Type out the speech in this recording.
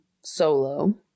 solo